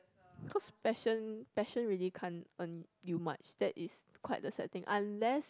cause passion passion really can't earn you much that is quite the setting unless